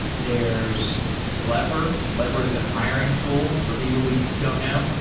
there's lever. lever is a hiring tool for people who don't know.